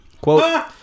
Quote